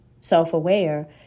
self-aware